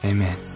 Amen